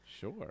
Sure